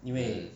mm